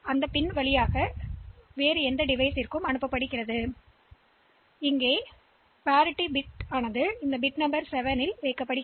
எனவே இந்த பின்கள மூலம் வெளியில் அனுப்பப்பட வேண்டிய டேட்டா அது வைத்திருக்கும்